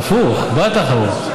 הפוך, בעד תחרות.